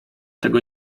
tego